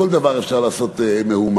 מכל דבר אפשר לעשות מהומה,